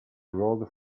rolled